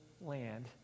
land